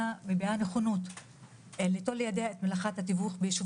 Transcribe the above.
מביעה נכונות ליטול לידיה את מלאכת התיווך ביישוב